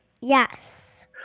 Yes